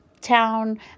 town